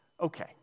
okay